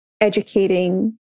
educating